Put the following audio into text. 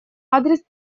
адрес